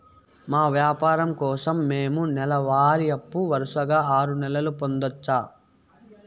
మా వ్యాపారం కోసం మేము నెల వారి అప్పు వరుసగా ఆరు నెలలు పొందొచ్చా?